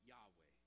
Yahweh